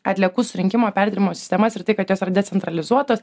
atliekų surinkimo perdirbimo sistemas ir tai kad jos yra decentralizuotos